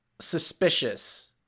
suspicious